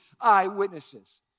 eyewitnesses